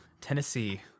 Tennessee